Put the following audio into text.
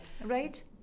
Right